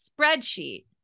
spreadsheet